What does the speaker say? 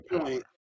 point